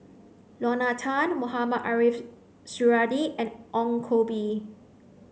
Lorna Tan Mohamed Ariff Suradi and Ong Koh Bee